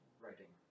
writing